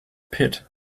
pit